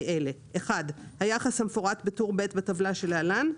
אלה: (1)היחס המפורט בטור ב' בטבלה שלהלן,